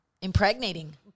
impregnating